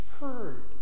heard